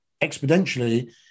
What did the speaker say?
exponentially